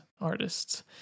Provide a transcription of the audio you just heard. artists